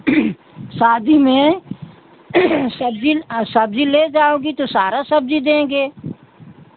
शादी में सब्जी सब्जी ले जाओगी तो सारा सब्जी देंगे